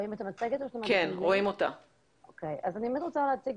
(הצגת מצגת) הייתי רוצה להציג